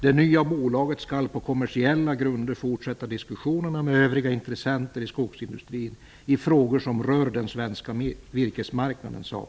Det nya bolaget skall på kommersiella grunder fortsätta diskussionerna med övriga intressenter i skogsindustrin i frågor som rör den svenska virkesmarknaden.